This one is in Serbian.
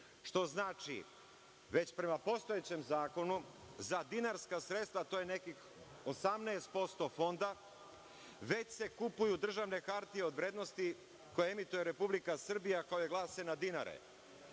što znači već prema postojećem zakonu, za dinarska sredstva to je nekih 18% Fonda, već se kupuju državne hartije od vrednosti koje emituje Republika Srbija, a koja glase na dinare.